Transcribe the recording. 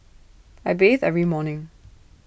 I bathe every morning